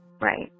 right